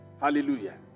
Hallelujah